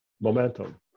momentum